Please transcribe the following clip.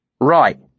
Right